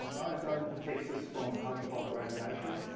ozone protects us from ultraviolet radiation.